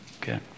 okay